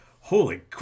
holy